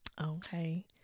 Okay